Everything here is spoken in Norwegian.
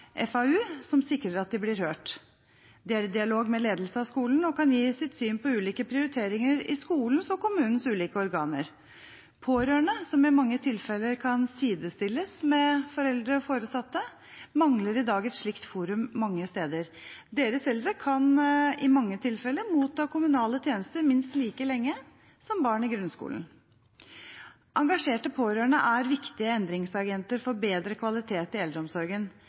FAU, som sikrer at de blir hørt. De er i dialog med ledelsen av skolen, og kan gi sitt syn på ulike prioriteringer i skolens og kommunens ulike organer. Pårørende, som i mange tilfeller kan sidestilles med foreldre/foresatte, mangler i dag et slikt forum mange steder. Deres eldre kan i mange tilfeller motta kommunale tjenester minst like lenge som barn i grunnskolen. Engasjerte pårørende er viktige endringsagenter for bedre kvalitet i eldreomsorgen,